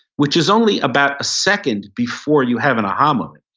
which is only about a second before you have an aha moment,